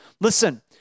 Listen